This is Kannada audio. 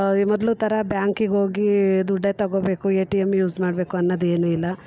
ಈ ಮೊದಲ ಥರ ಬ್ಯಾಂಕಿಗೆ ಹೋಗಿ ದುಡ್ಡನ್ನು ತೊಗೊಬೇಕು ಎ ಟಿ ಎಮ್ ಯೂಸ್ ಮಾಡಬೇಕು ಅನ್ನೋದೇನು ಇಲ್ಲ